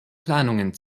planungen